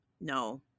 No